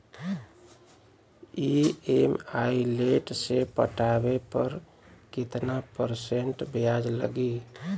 EMI late से पटावे पर कितना परसेंट ब्याज लगी?